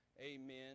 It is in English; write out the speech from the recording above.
amen